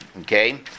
Okay